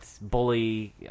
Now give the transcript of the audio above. bully